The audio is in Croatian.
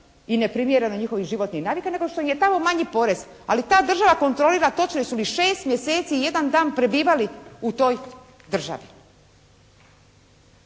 i neprimjerenoj njihovim životnim navikama nego što im je tamo manji porez. Ali ta država kontrolira točno jesu li 6 mjeseci 1 dan prebivali u toj državi.